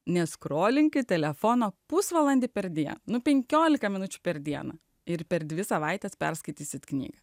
neskrolink telefono pusvalandį per dieną nuo penkiolika minučių per dieną ir per dvi savaites perskaitysit knygą